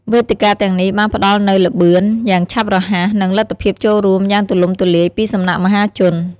វេទិកាទាំងនេះ បានផ្ដល់នូវ ល្បឿន យ៉ាងឆាប់រហ័ស និង លទ្ធភាពចូលរួម យ៉ាងទូលំទូលាយពីសំណាក់មហាជន។